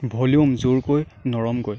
volume জোৰকৈ নৰমকৈ